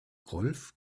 rolf